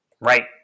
Right